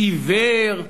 עיוור?